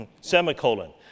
Semicolon